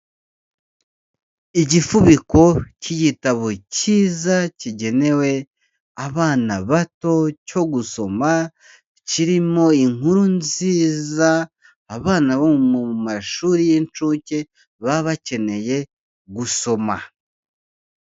Igifubiko cy'igitabo cyiza kigenewe abana bato cyo gusoma kirimo inkuru nziza abana bo mu mashuri y'incuke baba bakeneye gusoma.